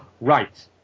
right